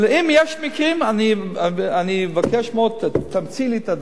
ואם יש מקרים, אני אבקש מאוד: תמציא לי את הדברים,